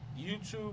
YouTube